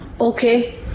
okay